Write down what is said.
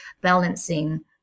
balancing